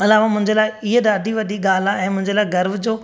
भला उहो मुंहिंजे लाइ इहे ॾाढी वॾी ॻाल्हि आहे ऐं मुंहिंजे लाइ गर्व जो